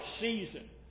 season